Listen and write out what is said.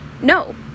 No